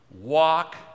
walk